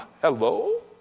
hello